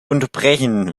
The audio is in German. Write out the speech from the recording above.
unterbrechen